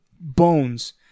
bones